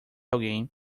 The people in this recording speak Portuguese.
alguém